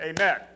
Amen